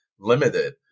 limited